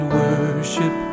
worship